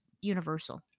universal